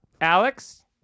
Alex